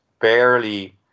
barely